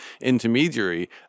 intermediary